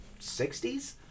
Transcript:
60s